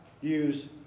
use